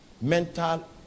mental